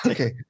Okay